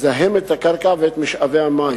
ומזהמת את הקרקע ואת משאבי המים.